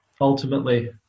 ultimately